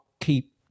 keep